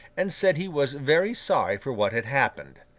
and said he was very sorry for what had happened.